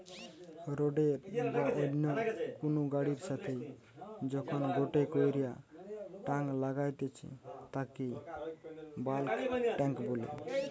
রোডের বা অন্য কুনু গাড়ির সাথে যখন গটে কইরা টাং লাগাইতেছে তাকে বাল্ক টেংক বলে